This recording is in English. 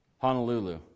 Honolulu